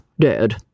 dead